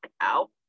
out